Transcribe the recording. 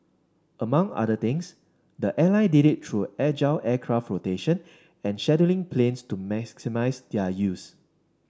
among other things the airline did it through agile aircraft rotation and scheduling planes to maximise their use